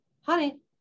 honey